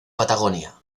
patagonia